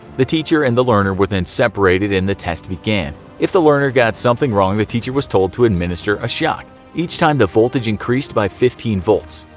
the teacher and learner were then separated and the test began. if the learner got something wrong the teacher was told to administer a shock. each time the voltage increased by fifteen volts.